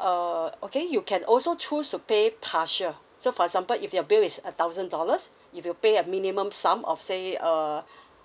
uh okay you can also choose to pay partial so for example if your bill is a thousand dollars if you pay a minimum sum of say uh